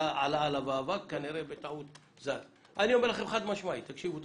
אני אומר לכם חד משמעית שזה